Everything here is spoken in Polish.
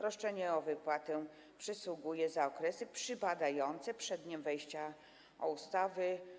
Roszczenie o wypłatę przysługuje za okresy przypadające przed dniem wejścia ustawy.